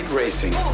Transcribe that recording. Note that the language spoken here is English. racing